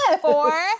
four